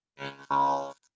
involved